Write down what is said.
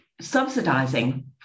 subsidizing